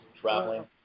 traveling